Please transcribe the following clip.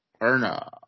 Erna